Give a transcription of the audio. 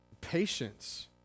patience